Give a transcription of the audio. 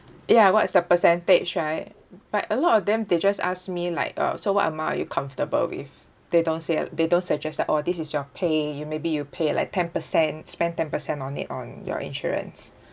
ya what's the percentage right but a lot of them they just ask me like uh so what amount are you comfortable with they don't say they don't suggest that oh this is your pay you maybe you pay like ten percent spend ten percent on it on your insurance